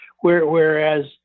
whereas